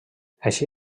així